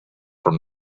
from